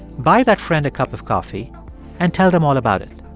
buy that friend a cup of coffee and tell them all about it.